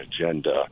agenda